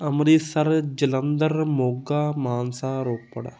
Amritsar Jalandhar Moga Mansa Ropar